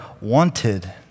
wanted